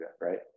right